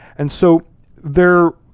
and so their,